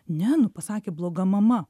ne nu pasakė bloga mama